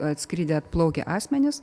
atskridę atplaukę asmenys